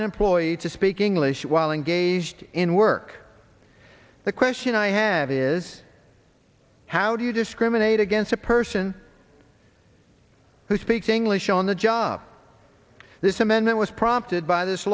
an employee to speak english while engaged in work the question i have is how do you discriminate against a person who speaks english on the job this amendment was prompted by this